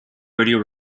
radio